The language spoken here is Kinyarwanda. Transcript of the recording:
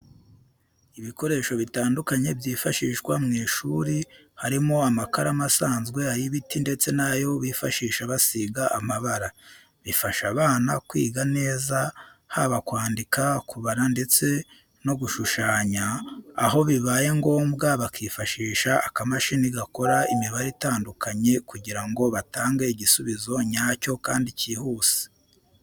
Ibikoresho bitandukanye byifashishwa mu ishuri harimo amakaramu asanzwe, ay'ibiti ndetse n'ayo bifashisha basiga amabara. Bifasha abana kwiga neza haba kwandika, kubara ndetse no gushushanya, aho bibaye ngombwa bakifashisha akamashini gakora imibare itandukanye kugira ngo batange igisubizo nyacyo kandi kihuse.